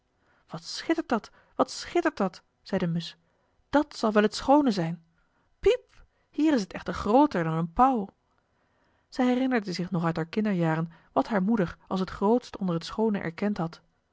wat schittert dat wat schittert dat zei de musch dat zal wel het schoone zijn piep hier is het echter grooter dan een pauw zij herinnerde zich nog uit haar kinderjaren wat haar moeder als het grootste onder het schoone erkend had